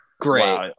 Great